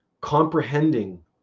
comprehending